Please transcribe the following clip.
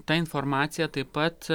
ta informacija taip pat